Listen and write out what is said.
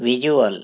visual